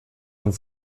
und